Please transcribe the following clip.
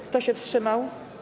Kto się wstrzymał?